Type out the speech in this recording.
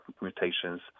mutations